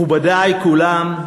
מכובדי כולם,